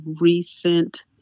recent